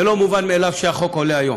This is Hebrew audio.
זה לא מובן מאליו שהחוק עולה היום.